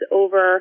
over